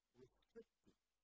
restrictive